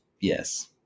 yes